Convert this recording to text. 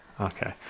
okay